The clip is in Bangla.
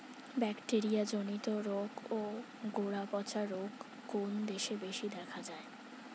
ব্যাকটেরিয়া জনিত রোগ ও গোড়া পচা রোগ কোন দেশে বেশি দেখা যায়?